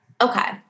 Okay